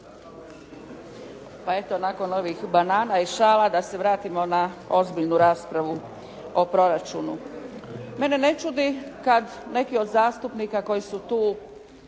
Pa eto nakon ovih banana i šala, da se vratimo na ozbiljnu raspravu o proračunu. Mene ne čudi kada neki od zastupnika koji su tu